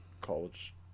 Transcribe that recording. college